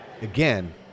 again